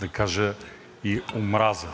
да кажа, и омраза,